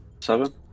seven